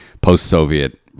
post-Soviet